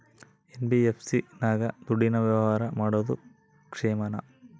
NBFC ನಾಗ ದುಡ್ಡಿನ ವ್ಯವಹಾರ ಮಾಡೋದು ಕ್ಷೇಮಾನ?